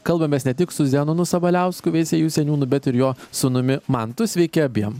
kalbamės ne tik su zenonu sabaliausku veisiejų seniūnu bet ir jo sūnumi mantu sveiki abiem